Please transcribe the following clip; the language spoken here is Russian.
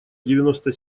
девяносто